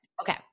Okay